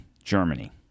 Germany